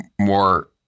more